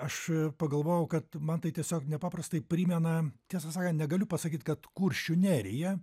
aš pagalvojau kad man tai tiesiog nepaprastai primena tiesą sakant negaliu pasakyti kad kuršių neriją